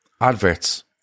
adverts